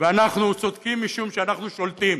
ואנחנו צודקים משום שאנחנו שולטים,